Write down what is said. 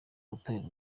urutare